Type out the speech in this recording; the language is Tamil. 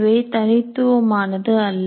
இவை தனித்துவமானது அல்ல